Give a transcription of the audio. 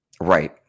right